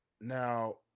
Now